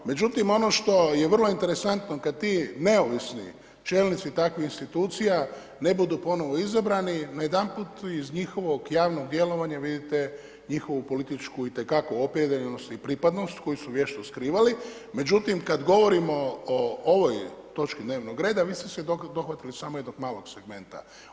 Međutim, ono što je vrlo interesantno kad ti neovisni čelnici takvih institucija ne budu ponovo izabrani najedanput iz njihovog javnog djelovanja vidite njihovu političku i te kako opredijeljenost i pripadnost koju su vješto skrivali, međutim kad govorimo o ovoj točki dnevnog reda vi ste se dohvatili samo jednog malog segmenta.